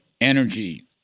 energy